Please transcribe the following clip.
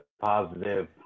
positive